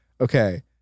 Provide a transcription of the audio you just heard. okay